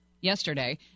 yesterday